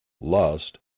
lust